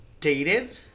dated